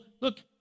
look